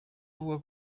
avuga